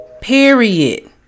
Period